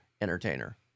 entertainer